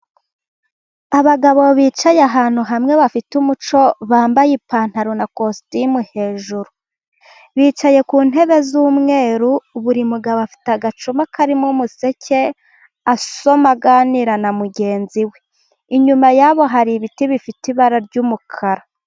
Abagabo bicaye ahantu hamwe bafite umuco, bambaye ipantaro na kositimu hejuru, bicaye ku ntebe z'umweru, buri mugabo afite agacuma, karimo umuseke, asoma, aganira na mugenzi we, inyuma yabo hari ibiti bifite ibara ry'umukara